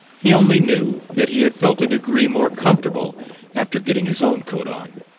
he only knew that he had felt a degree more comfortable after getting his own coat on.